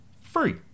free